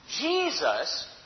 Jesus